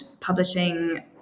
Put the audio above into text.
publishing